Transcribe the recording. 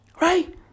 Right